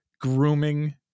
grooming